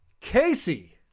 casey